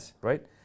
right